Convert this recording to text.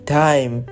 time